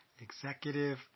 Executive